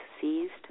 seized